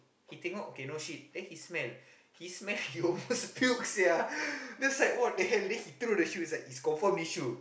he take out okay no shit then he smell he smell he almost puke sia then it's like what the hell then he throw the shoe he's like is confirm this shoe